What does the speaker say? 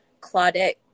Claudette